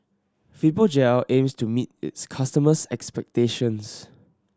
Fibogel aims to meet its customers' expectations